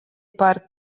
par